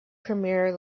premier